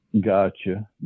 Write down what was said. Gotcha